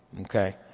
okay